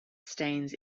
stains